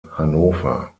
hannover